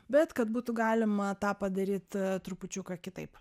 bet kad būtų galima tą padaryt trupučiuką kitaip